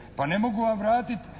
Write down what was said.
Pa ne mogu vam vratiti